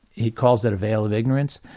he calls it a veil of ignorance,